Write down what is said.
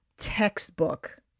textbook